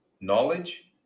knowledge